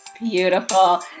beautiful